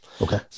okay